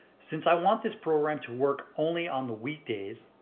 since i want this program to work only on the weekdays,